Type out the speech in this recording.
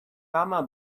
mama